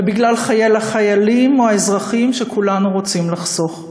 ובגלל החיילים או האזרחים שכולנו רוצים לחסוך.